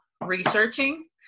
researching